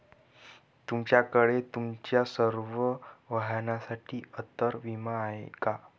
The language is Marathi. तुमच्याकडे तुमच्या सर्व वाहनांसाठी अंतर विमा आहे का